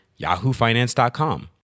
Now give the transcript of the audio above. YahooFinance.com